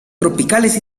tropicales